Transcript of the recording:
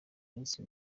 minsi